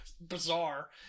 bizarre